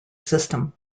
system